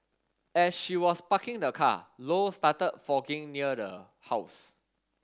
as she was parking the car low started fogging near the house